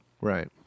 Right